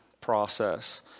process